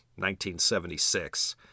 1976